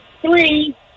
three